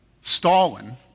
Stalin